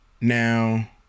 Now